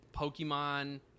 Pokemon